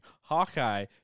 Hawkeye